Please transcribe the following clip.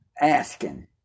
Asking